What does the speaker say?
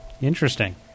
Interesting